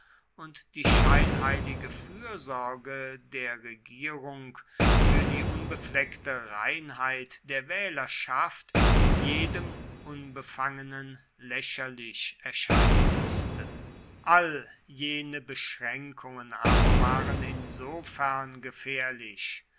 und die scheinheilige fürsorge der regierung für die unbefleckte reinheit der wählerschaft jedem unbefangenen lächerlich erscheinen mußte all jene beschränkungen aber waren insofern gefährlich